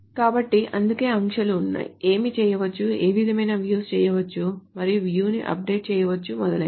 కాబట్టి అందుకే ఆంక్షలు ఉన్నాయి ఏమి చేయవచ్చు ఏ విధమైన views చేయవచ్చు మరియు view ను అప్డేట్ చేయవచ్చు మొదలైనవి